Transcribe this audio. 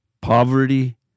poverty